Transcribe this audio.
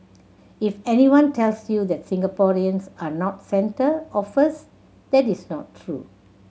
if anyone tells you that Singaporeans are not centre or first that is not true